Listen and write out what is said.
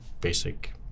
basic